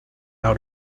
out